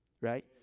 Right